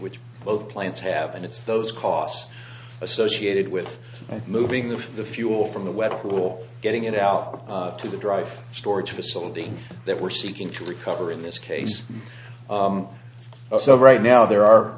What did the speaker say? which both plants have and it's those costs associated with moving the the fuel from the web tool getting it out to the drive storage facility that we're seeking to recover in this case so right now there are